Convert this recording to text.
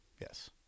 Yes